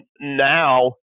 now